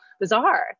bizarre